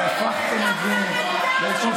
אני חייב